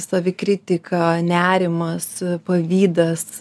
savikritika nerimas pavydas